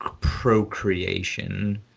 procreation